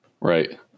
Right